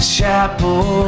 Chapel